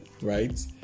right